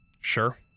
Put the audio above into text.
Sure